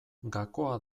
gakoa